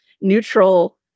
neutral